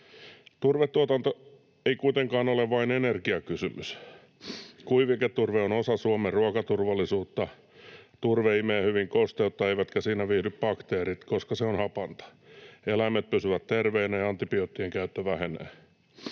Turvetuotanto ei kuitenkaan ole vain energiakysymys. Kuiviketurve on osa Suomen ruokaturvallisuutta: turve imee hyvin kosteutta eivätkä siinä viihdy bakteerit, koska se on hapanta, joten eläimet pysyvät terveinä ja antibioottien käyttö vähenee.